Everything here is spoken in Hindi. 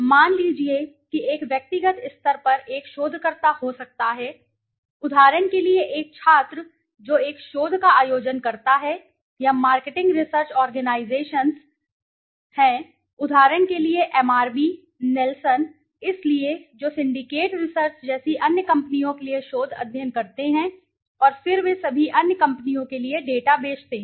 मान लीजिए कि एक व्यक्तिगत स्तर पर एक शोधकर्ता हो सकता है उदाहरण के लिए एक छात्र जो एक शोध का आयोजन करता है या मार्केटिंग रिसर्च ऑर्गेनाइजेशंस हैं उदाहरण के लिए MRB नेल्सन इसलिए जो सिंडिकेट रिसर्च जैसी अन्य कंपनियों के लिए शोध अध्ययन करते हैं और फिर वे सभी अन्य कंपनियों के लिए डेटा बेचते हैं